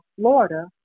Florida